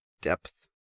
depth